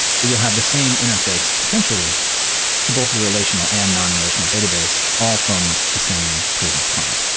so you'll have the same interface potentially to both your relational and non-relational database all from the same prisma client.